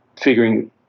figuring